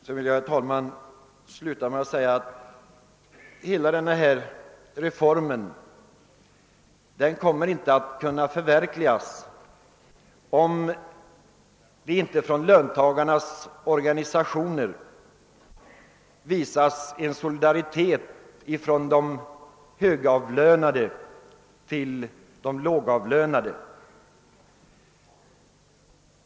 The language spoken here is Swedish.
Jag vill sluta, herr talman, genom att säga att den här reformen inte kommer att kunna förverkligas om inte de högavlönade genom sina organisationer visar solidaritet mot de lågavlönade.